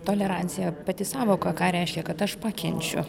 tolerancija pati sąvoka ką reiškia kad aš pakenčiu